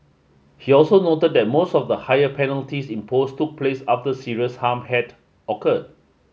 he also noted that most of the higher penalties imposed took place after serious harm had occurred